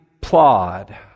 plod